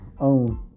own